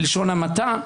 בלשון המעטה,